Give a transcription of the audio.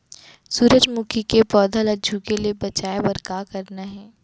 सूरजमुखी के पौधा ला झुके ले बचाए बर का करना हे?